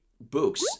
books